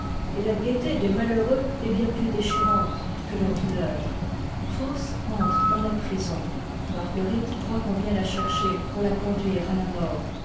et la gaieté des malheureux est bien plus déchirante que leur douleur faust entre dans la prison marguerite croit qu'on vient la chercher pour la conduire à la mort